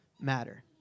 matter